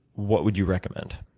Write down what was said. what would you recommend?